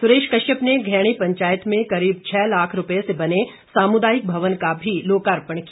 सुरेश कश्यप ने घैणी पंचायत में करीब छः लाख रुपए से बने सामुदायिक भवन का भी लोकार्पण किया